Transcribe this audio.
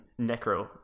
Necro